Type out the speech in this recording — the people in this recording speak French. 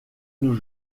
nos